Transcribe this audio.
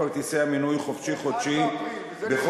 ב-1 באפריל הוזלו כל כרטיסי המנוי "חופשי חודשי" 1 באפריל,